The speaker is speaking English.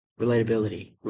Relatability